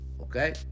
Okay